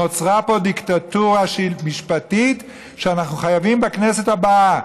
נוצרה פה דיקטטורה משפטית שאנחנו חייבים בכנסת הבאה,